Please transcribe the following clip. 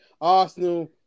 Arsenal